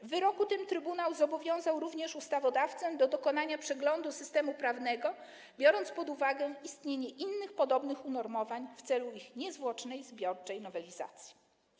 W wyroku tym trybunał zobowiązał również ustawodawcę do dokonania przeglądu systemu prawnego, biorąc pod uwagę istnienie innych podobnych unormowań, w celu ich niezwłocznej zbiorczej nowelizacji.